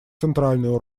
центральную